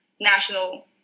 national